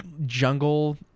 jungle